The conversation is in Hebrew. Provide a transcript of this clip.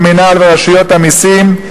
במינהל וברשויות המסים,